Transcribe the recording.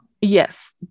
Yes